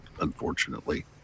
unfortunately